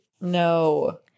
No